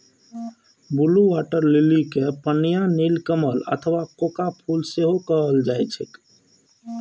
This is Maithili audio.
ब्लू वाटर लिली कें पनिया नीलकमल अथवा कोका फूल सेहो कहल जाइ छैक